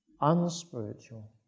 unspiritual